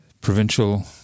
provincial